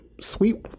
sweet